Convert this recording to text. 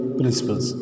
principles